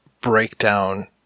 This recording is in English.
breakdown